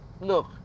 Look